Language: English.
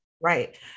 Right